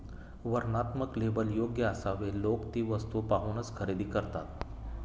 वर्णनात्मक लेबल योग्य असावे लोक ती वस्तू पाहूनच खरेदी करतात